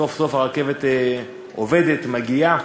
סוף-סוף הרכבת עובדת, מגיעה.